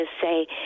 say